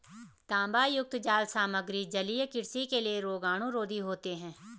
तांबायुक्त जाल सामग्री जलीय कृषि के लिए रोगाणुरोधी होते हैं